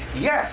yes